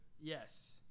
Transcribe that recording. Yes